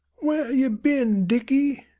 where a you bin, dicky?